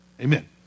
Amen